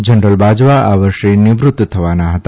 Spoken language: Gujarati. જનરલ બાજવા આ વર્ષે નિવૃત્ત થવાના હતા